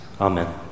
Amen